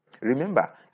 Remember